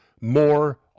more